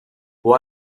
può